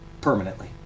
permanently